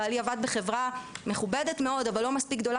בעלי עבד בחברה מכובדת מאוד אבל לא מספיק גדולה